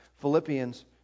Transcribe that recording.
Philippians